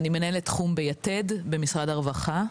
מנהלת תחום ביתד במשרד הרווחה.